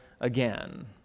again